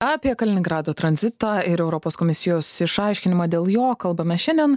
apie kaliningrado tranzitą ir europos komisijos išaiškinimą dėl jo kalbame šiandien